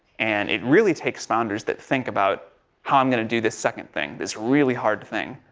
and it really takes founders that think about how i'm going to do this second thing. this really hard thing.